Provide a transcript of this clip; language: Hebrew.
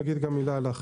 נגיד גם מילה על האכיפה.